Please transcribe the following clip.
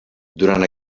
durant